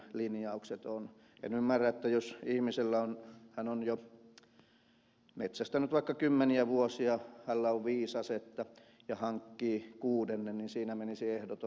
en ymmärrä että jos ihminen on jo metsästänyt vaikka kymmeniä vuosia hänellä on viisi asetta ja hankkii kuudennen niin siinä menisi ehdoton raja